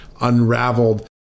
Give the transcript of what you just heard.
unraveled